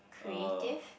creative